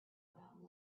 about